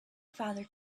father